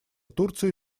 турции